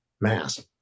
Mass